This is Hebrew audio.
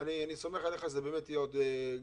אני סומך עליך שזה באמת יהיה עוד חודש,